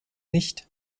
nicht